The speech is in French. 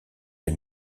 des